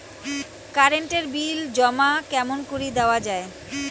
Current এর bill জমা কেমন করি দেওয়া যায়?